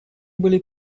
были